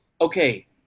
Okay